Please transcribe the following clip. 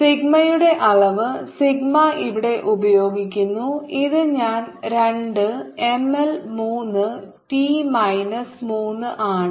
സിഗ്മയുടെ അളവ് സിഗ്മ ഇവിടെ ഉപയോഗിക്കുന്നു ഇത് ഞാൻ രണ്ട് M L മൂന്ന് T മൈനസ് മൂന്ന് ആണ്